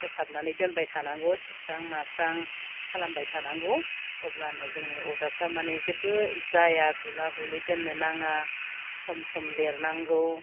फोसाबनानै दोनबाय थानांगौ सिबस्रां मास्रां खालामबाय थानांगौ अब्लानो जोंनि अरदाबफोरा माने जेबो जाया गला गलि दोननो नाङा सम सम लिरनांगौ